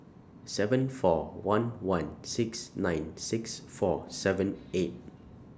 seven four one one six nine six four seven eight